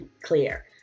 Clear